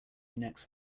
next